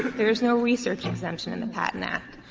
there is no research exemption in the patent act.